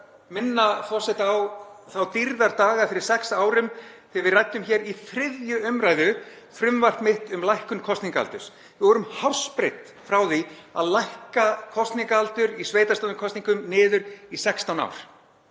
minna forseta á þá dýrðardaga fyrir sex árum þegar við ræddum hér í 3. umræðu frumvarp mitt um lækkun kosningaaldurs. Við vorum hársbreidd frá því að lækka kosningaaldur í sveitarstjórnarkosningum niður í 16 ár.